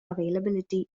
availability